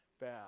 bad